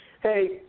Hey